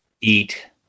eat